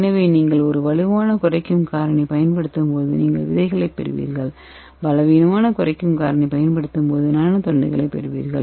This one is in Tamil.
எனவே நீங்கள் ஒரு வலுவான குறைக்கும் காரணி பயன்படுத்தும்போது நீங்கள் விதைகளைப் பெறுவீர்கள் பலவீனமான குறைக்கும் காரணியை பயன்படுத்தும்போது நானோ தண்டுகளைப் பெறுவீர்கள்